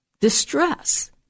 distress